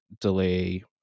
delay